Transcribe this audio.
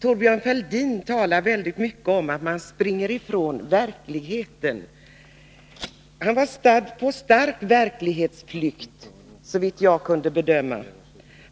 Thorbjörn Fälldin tala mycket om att man springer ifrån verkligheten. Han var själv, såvitt jag kunde bedöma, i allra högsta grad på flykt undan verkligheten.